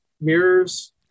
mirrors